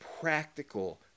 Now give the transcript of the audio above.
practical